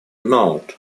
note